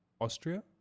Austria